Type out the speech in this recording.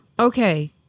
okay